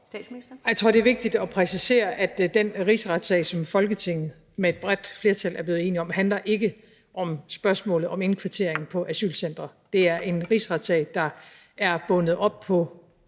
Frederiksen): Jeg tror, det er vigtigt at præcisere, at den rigsretssag, som Folketinget med et bredt flertal er blevet enige om, ikke handler om spørgsmålet om indkvartering på asylcentre. Det er en rigsretssag, der er bundet op på